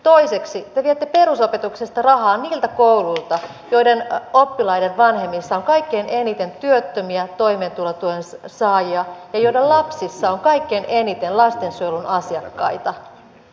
toiseksi te viette perusopetuksesta rahaa niiltä kouluilta joiden oppilaiden vanhemmissa on kaikkein eniten työttömiä toimeentulotuen saajia ja joiden lapsissa on kaikkein eniten lastensuojelun asiakkaita